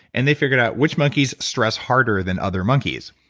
and they figured out which monkeys stress harder than other monkeys.